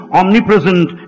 omnipresent